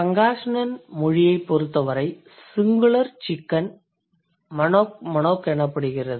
Pangasinan மொழியைப் பொறுத்தவரை singular chicken manok manok எனப்படுகிறது